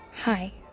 Hi